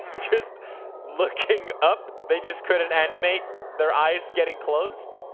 just looking up. they just couldn't animate their eyes getting closed.